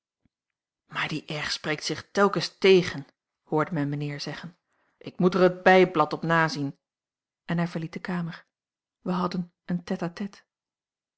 maar die r spreekt zich telkens tegen hoorde men mijnheer zeggen ik moet er het bijblad op nazien en hij verliet de kamer wij hadden een